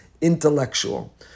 intellectual